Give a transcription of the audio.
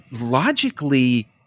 Logically